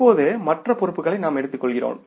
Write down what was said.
இப்போது மற்ற பொறுப்புகளை நாம் எடுத்துக்கொள்கிறோம்